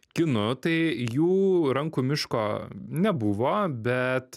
kinu tai jų rankų miško nebuvo bet